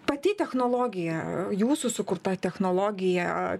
pati technologija jūsų sukurta technologija